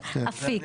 כלומר,